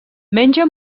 menja